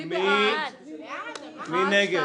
מי נגד?